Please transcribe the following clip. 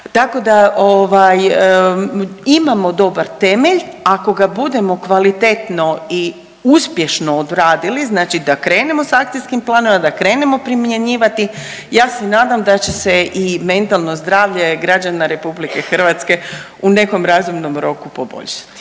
Tako da ovaj imamo dobar temelj, ako ga budemo kvalitetno i uspješno odradili znači da krenemo s akcijskim planovima, da krenemo primjenjivati ja se nadam da će se i mentalno zdravlje građana RH u nekom razumnom roku poboljšati.